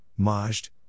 Majd